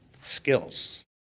skills